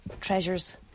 treasures